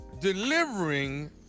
Delivering